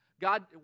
God